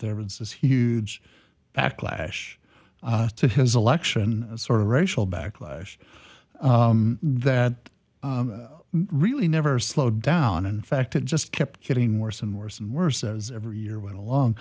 there was this huge backlash to his election sort of racial backlash that really never slowed down in fact it just kept getting worse and worse and worse as every year went along